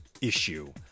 issue